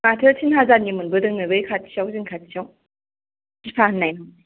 माथो तिन हाजारनि मोनबोदोंनो बै खाथियाव जोंनि खाथियाव दिफा होननाया